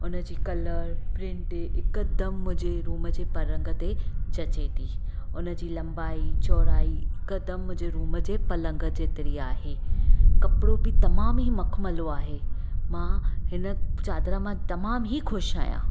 हुनजी colour print हिकदमि मुंहिंजे रूम जे पलंग ते जचे थी हुनजी लंबाई चौड़ाई हिकदमि मुंहिंजे रूम जे पलंग जेतिरी आहे कपिड़ो बि तमामु ई मख़मलो आहे मां हिन चादर मां तमामु ई ख़ुशि आहियां